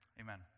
Amen